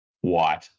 White